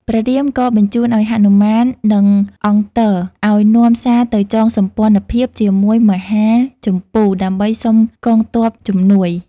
ព្រះរាមក៏បញ្ជូនឱ្យហនុមាន និងអង្គទ អោយនាំសារទៅចងសម្ព័ន្ធភាពជាមួយមហាជម្ពូ ដើម្បីសុំកងទ័ពជំនួយ។